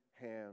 hand